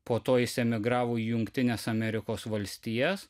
po to jis emigravo į jungtines amerikos valstijas